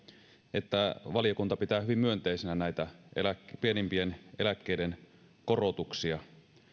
että valiokunta pitää hyvin myönteisenä näitä pienimpien eläkkeiden korotuksia